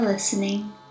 Listening